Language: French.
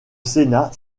sénat